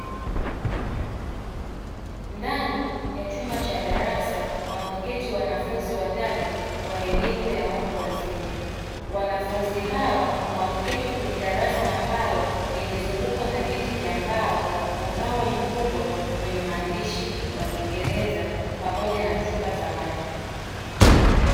Ndani ya chumba cha darasa wameketi wanafunzi watatu wa elimu ya watu wazima, wanafunzi hawa wameketi kwenye darasa ambalo: limezungukwa na viti vya mbao, ubao mkubwa wenye maandishi ya kingereza pamoja na chupa za maji.